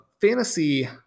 fantasy